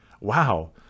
Wow